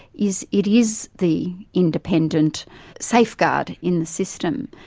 is, it is the independent safeguard in the system.